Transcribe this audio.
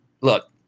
look